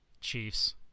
Chiefs